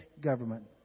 government